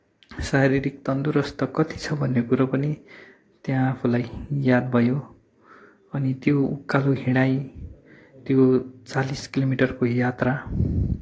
शारीरिक तन्दरुस्त कति छ भन्ने कुरो पनि त्यहाँ आफूलाई याद भयो अनि त्यो उकालो हिँडाइ त्यो चालिस किलोमिटरको यात्रा